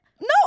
No